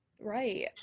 right